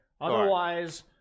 Otherwise